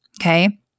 okay